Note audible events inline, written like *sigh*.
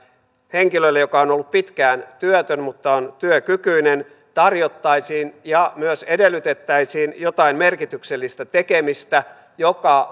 henkilölle joka on ollut pitkään työtön mutta on työkykyinen tarjottaisiin ja myös edellytettäisiin jotain merkityksellistä tekemistä joka *unintelligible*